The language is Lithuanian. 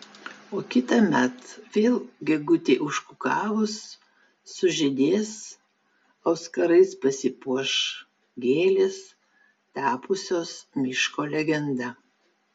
o kitąmet vėl gegutei užkukavus sužydės auskarais pasipuoš gėlės tapusios miško legenda